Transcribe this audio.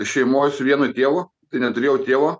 šeimoj su vienu tėvu tai neturėjau tėvo